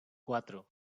cuatro